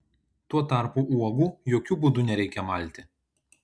tuo tarpu uogų jokiu būdu nereikia malti